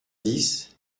dix